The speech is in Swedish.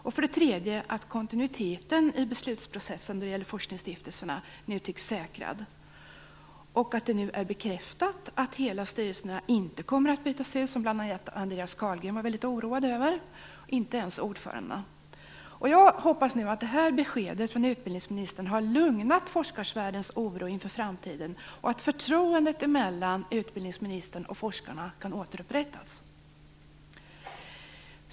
Det är även bra att kontinuiteten i beslutsprocessen när det gäller forskningsstiftelserna nu tycks vara säkrad och att det är bekräftat att hela styrelserna inte kommer att bytas ut, vilket bl.a. Andreas Carlgren var mycket oroad över. Inte ens ordförandena byts ut. Jag hoppas nu att det här beskedet från utbildningsministern har lugnat forskarvärldens oro inför framtiden och att förtroendet mellan utbildningsministern och forskarna kan återupprättas.